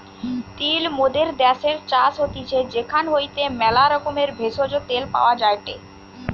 তিল মোদের দ্যাশের চাষ হতিছে সেখান হইতে ম্যালা রকমের ভেষজ, তেল পাওয়া যায়টে